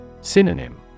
Synonym